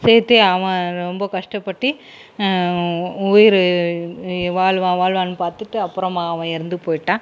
சேர்த்தே அவன் ரொம்ப கஷ்டப்பட்டு உயிர் வாழ்வான் வாழ்வான்னு பார்த்துட்டு அப்பறமாக அவன் இறந்து போயிவிட்டான்